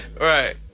Right